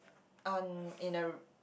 on in a